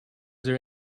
there